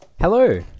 Hello